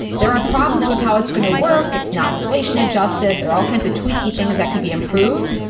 there are problems with how it's going to work. it's not inflation-adjusted. they're all kinds of tweaky things that could be improved,